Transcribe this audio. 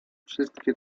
wszystkie